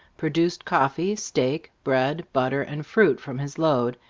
produced coffee, steak, bread, butter, and fruit from his load,